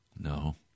No